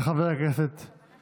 תודה רבה לחבר הכנסת ביטון.